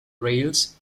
rails